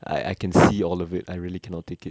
I I can see all of it I really cannot take it